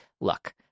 look